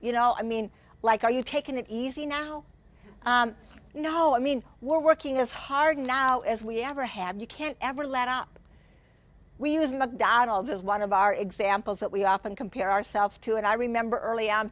you know i mean like are you taking it easy now you know i mean we're working as hard now as we ever have you can't ever let up we use mcdonald's as one of our examples that we often compare ourselves to and i remember early on